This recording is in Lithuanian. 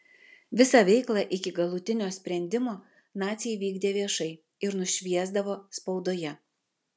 visą veiklą iki galutinio sprendimo naciai vykdė viešai ir nušviesdavo spaudoje